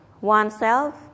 oneself